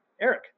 Eric